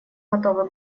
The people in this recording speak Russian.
готовы